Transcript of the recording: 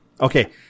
Okay